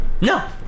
No